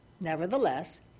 nevertheless